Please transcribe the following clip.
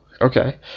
Okay